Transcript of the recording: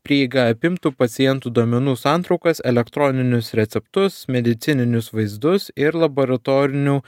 prieiga apimtų pacientų duomenų santraukas elektroninius receptus medicininius vaizdus ir laboratorinių